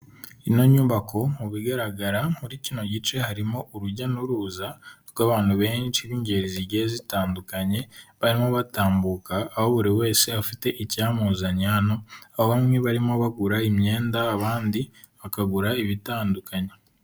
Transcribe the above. Ino nyubako mu bigaragara muri kino gice harimo urujya n'uruza rw'abantu benshi b'ingeri zigiye zitandukanye, barimo batambuka aho buri wese afite icyamuzanye hano, aho bamwe barimo bagura imyenda abandi bakagura ibitandukanye.